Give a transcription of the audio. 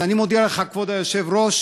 אז אני מודיע לך, כבוד היושב-ראש,